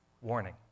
Warning